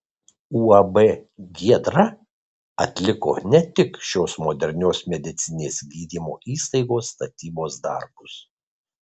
uab giedra atliko ne tik šios modernios medicininės gydymo įstaigos statybos darbus